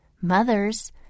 Mothers